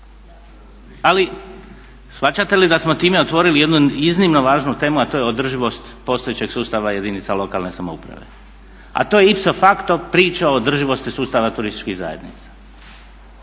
Ali shvaćate li da smo time otvorili jednu iznimno važnu temu, a to je održivost postojećeg sustava jedinica lokalne samouprave? A to je ipso facto priča o održivosti sustava turističkih zajednica.